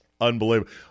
Unbelievable